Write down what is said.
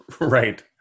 Right